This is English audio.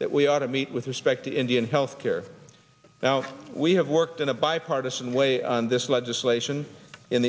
that we are to meet with respect to indian health care now we have worked in a bipartisan way on this legislation in